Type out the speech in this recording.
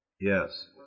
Yes